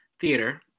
Theater